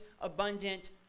abundant